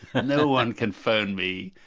and no-one can phone me,